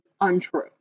untrue